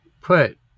put